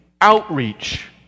outreach